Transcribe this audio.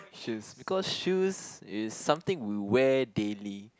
shoes because shoes is something we wear daily